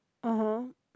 (uh huh)